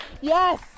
Yes